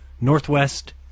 northwest